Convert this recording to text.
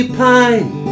pine